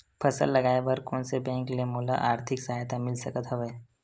फसल लगाये बर कोन से बैंक ले मोला आर्थिक सहायता मिल सकत हवय?